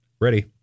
Ready